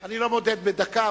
אני לא מודד בדקה,